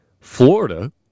Florida